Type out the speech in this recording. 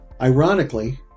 Ironically